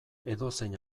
edozein